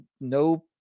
no